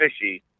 fishy